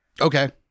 Okay